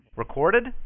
Recorded